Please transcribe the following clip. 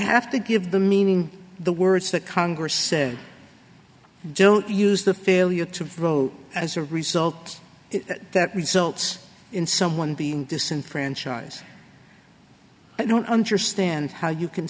have to give the meaning the words that congress said don't use the failure to vote as a result that results in someone being disenfranchised i don't understand how you can